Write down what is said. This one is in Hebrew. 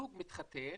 כשזוג מתחתן